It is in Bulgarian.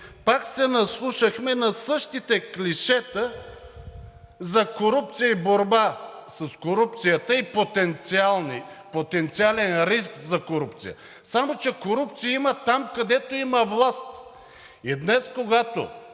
пак се наслушахме на същите клишета – за корупция, борба с корупцията и потенциален риск за корупция, само че корупция има там, където има власт. И днес, когато